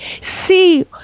see